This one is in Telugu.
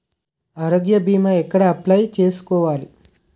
ఆరోగ్య భీమా ఎక్కడ అప్లయ్ చేసుకోవాలి?